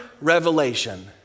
revelation